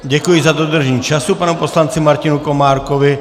Děkuji za dodržení času panu poslanci Martinu Komárkovi.